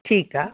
ठीकु आहे